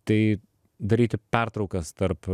tai daryti pertraukas tarp